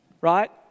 right